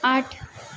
आठ